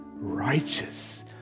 righteous